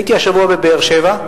הייתי השבוע בבאר-שבע,